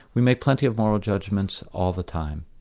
we make plenty of moral judgments all the time.